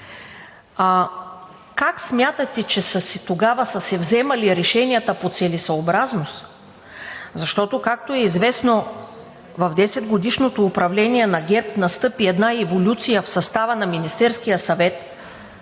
Как смятате, че тогава са се вземали решенията по целесъобразност? Защото, както е известно, в десетгодишното управление на ГЕРБ настъпи една еволюция в състава на Министерския съвет